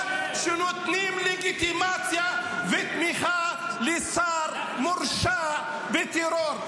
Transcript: שנותנים לגיטימציה ותמיכה לשר מורשע בטרור.